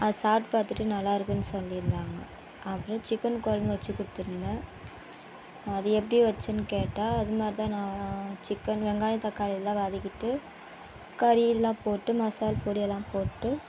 அது சாப்பிட்டு பார்த்துட்டு நல்லா இருக்குதுன்னு சொல்லியிருந்தாங்க அப்றம் சிக்கன் கொழம்பு வைச்சு கொடுத்துருந்தேன் அது எப்படி வைச்சேன் கேட்டால் அது மாதிரி தான் நான் சிக்கன் வெங்காயம் தாக்களிலாம் வதக்கிட்டு கறியெல்லாம் போட்டு மசாலா பொடியெல்லாம் போட்டு